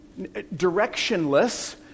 directionless